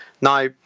Now